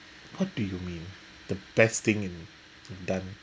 what do you mean the best thing in done